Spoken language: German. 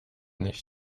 nicht